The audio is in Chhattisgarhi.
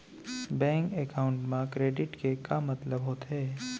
बैंक एकाउंट मा क्रेडिट के का मतलब होथे?